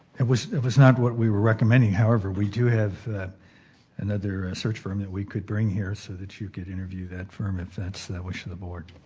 it was it was not what we we're recommending however, we do have another search firm that we could bring here so that you could interview that firm if that's the wish of the board.